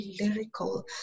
lyrical